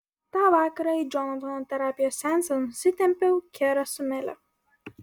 tą vakarą į džonatano terapijos seansą nusitempiau kerą su mele